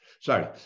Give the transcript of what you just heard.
Sorry